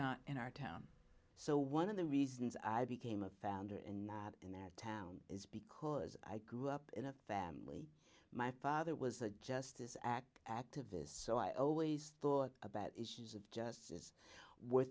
not in our town so one of the reasons i became a founder and in that town is because i grew up in a family my father was a justice act activist so i always thought about issues of justice were